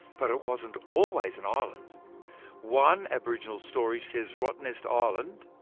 but it wasn't always an island one aboriginal story says rottnest ah island,